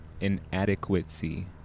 Inadequacy